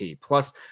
Plus